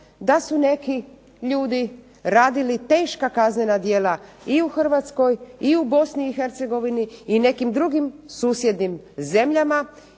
da su neki ljudi radili teška kaznena djela i u Hrvatskoj i u BiH i nekim drugim susjednim zemljama,